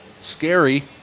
scary